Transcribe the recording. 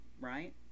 right